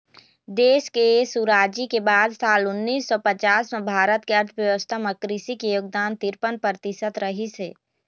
देश के सुराजी के बाद साल उन्नीस सौ पचास म भारत के अर्थबेवस्था म कृषि के योगदान तिरपन परतिसत रहिस हे